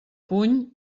puny